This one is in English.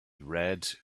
red